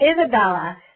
Isabella